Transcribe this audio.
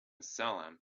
salem